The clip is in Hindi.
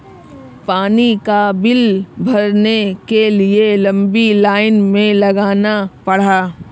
पानी का बिल भरने के लिए लंबी लाईन में लगना पड़ा